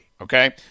Okay